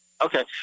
Okay